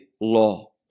law